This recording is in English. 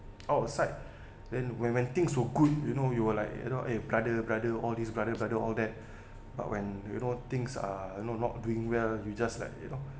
outside then when when things were good you know you were like you know eh brother brother all this brother brother all that but when you know things are you know not doing well you just like you know